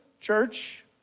church